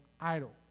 idle